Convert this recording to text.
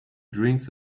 drinks